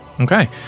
okay